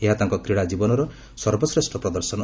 ଏହା ତାଙ୍କ କ୍ରୀଡ଼ା ଜୀବନର ସର୍ବଶ୍ରେଷ୍ଠ ପ୍ରଦର୍ଶନ